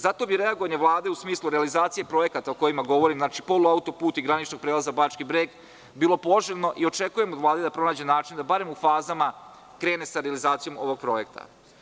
Zato bi reagovanje Vlade u smislu realizacije projekata kojima govorim, dakle polu autoput i granični prelaz Bački Breg, bilo poželjno i očekujem od Vlade da pronađe način da bar u fazama krene sa realizacijom ovog projekta.